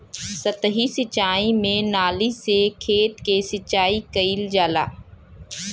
सतही सिंचाई में नाली से खेत के सिंचाई कइल जाला